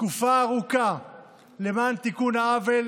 תקופה ארוכה למען תיקון העוול